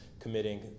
committing